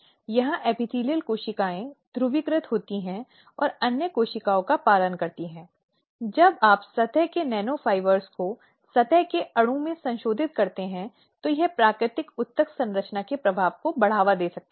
तो यह एक लिखित माफी या फटकार या चेतावनी या एक सेंसर जो प्रकृति में अधिक मामूली हैं पदोन्नति वेतन वृद्धि बढ़ाने पर रोक सहित अनुशासनात्मक कार्रवाई हो सकती है